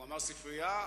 הוא אמר: ספרייה?